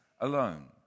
alone